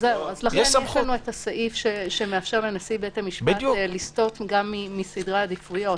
לכן יש לנו סעיף שמאפשר לנשיא בית המשפט לסטות גם מסדרי עדיפויות.